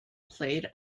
played